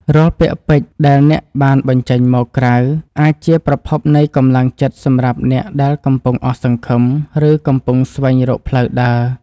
រាល់ពាក្យពេចន៍ដែលអ្នកបានបញ្ចេញមកក្រៅអាចជាប្រភពនៃកម្លាំងចិត្តសម្រាប់អ្នកដែលកំពុងអស់សង្ឃឹម ឬកំពុងស្វែងរកផ្លូវដើរ។